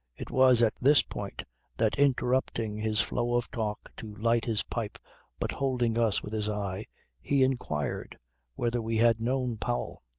it was at this point that interrupting his flow of talk to light his pipe but holding us with his eye he inquired whether we had known powell.